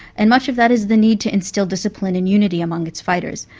and much of that is the need to instil discipline and unity among its fighters.